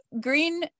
Green